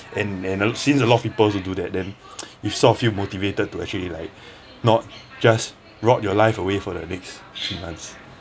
and then since lot of people also do that then you sort of feel motivated to actually like not just rot your life away for the next three months